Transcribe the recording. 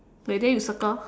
then then you circle